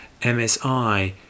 MSI